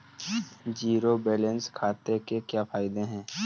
Zero balance खाते के क्या फायदे हैं?